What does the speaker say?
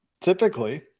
Typically